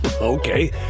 Okay